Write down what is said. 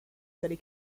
city